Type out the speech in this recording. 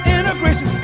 Integration